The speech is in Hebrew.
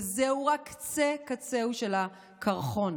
וזהו רק קצה קצהו של הקרחון.